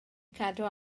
cadw